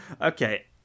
Okay